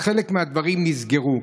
חלק מהדברים נסגרו.